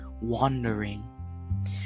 wandering